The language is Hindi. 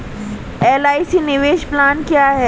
एल.आई.सी निवेश प्लान क्या है?